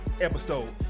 episode